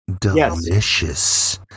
delicious